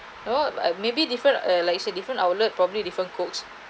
or but maybe different like you say different outlet properly different cooks